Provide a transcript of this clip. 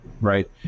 right